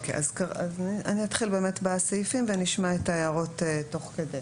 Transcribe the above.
אני אתחיל באמת בסעיפים ונשמע את ההערות תוך כדי.